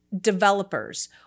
developers